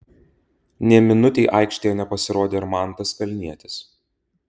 nė minutei aikštėje nepasirodė ir mantas kalnietis